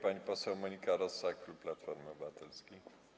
Pani poseł Monika Rosa, klub Platformy Obywatelskiej.